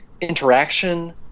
interaction